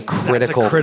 critical